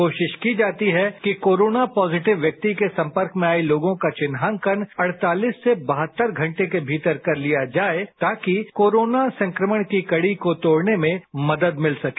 कोशिश की जाती है कि कोरोना पॉजीटिव व्यक्ति के संपर्क में आए लोगों का चिन्हांकन अड़तालीस से बहत्तर घंटे के भीतर कर लिया जाए ताकि कोरोना संक्रमण की कड़ी को तोड़ने में मदद मिल सके